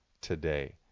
today